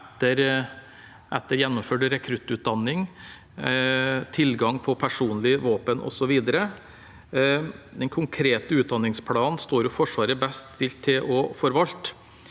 etter gjennomførte rekruttutdanning, tilgang på personlige våpen, osv. Den konkrete utdanningsplanen står Forsvaret best stilt til å forvalte.